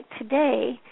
today